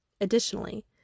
Additionally